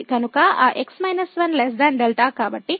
కనుక ఆ | x 1 | δ